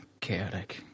chaotic